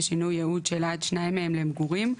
ושינוי ייעוד של עד שניים מהם למגורים,